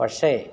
പക്ഷെ